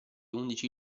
undici